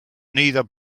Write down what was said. neither